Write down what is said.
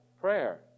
prayer